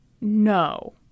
no